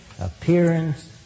appearance